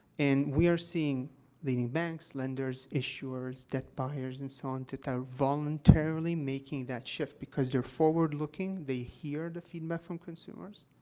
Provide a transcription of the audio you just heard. and we are seeing the banks, lenders, issuers, debt buyers, and so on that are voluntarily making that shift because they're forward looking, they hear the feedback from consumers,